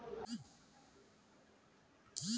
मुझे तमरिंद के फल बहुत स्वादिष्ट लगते हैं